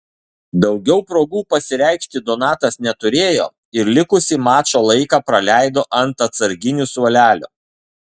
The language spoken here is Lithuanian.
daugiau progų pasireikšti donatas neturėjo ir likusį mačo laiką praleido ant atsarginių suolelio